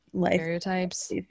stereotypes